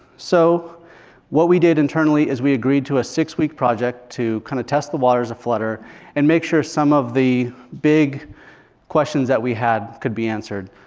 so what we did internally is we agreed to a six-week project to kind of test the waters of flutter and make sure some of the big questions that we had could be answered.